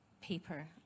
paper